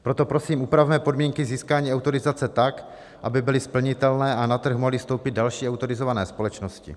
Proto prosím, upravme podmínky získání autorizace tak, aby byly splnitelné a na trh mohly vstoupit další autorizované společnosti.